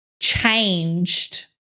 changed